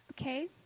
okay